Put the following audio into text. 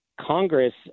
Congress